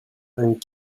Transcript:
and